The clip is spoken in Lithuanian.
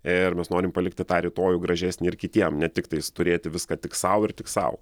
ir mes norim palikti tą rytojų gražesnį ir kitiem ne tiktais turėti viską tik sau ir tik sau